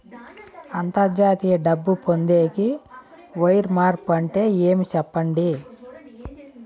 అంతర్జాతీయ డబ్బు పొందేకి, వైర్ మార్పు అంటే ఏమి? సెప్పండి?